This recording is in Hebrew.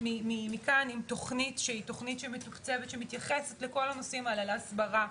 כאן עם תוכנית שהיא תוכנית שמתוקצבת שמתייחסת לכל הנושאים האלון להסברה,